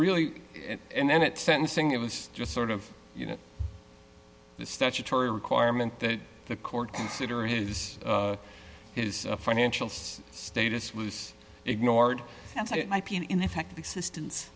really and then at sentencing it was just sort of you know the statutory requirement that the court consider is is financials status was ignored it might be an ineffective assistance